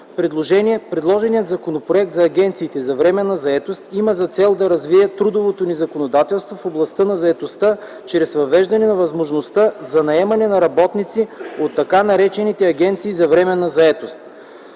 Предложеният Законопроект за агенциите за временна заетост има за цел да развие трудовото ни законодателство в областта на заетостта чрез въвеждане на възможността за наемане на работници от така наречените агенции за временна заетост.